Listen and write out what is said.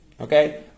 Okay